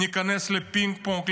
ניכנס לפינג-פונג,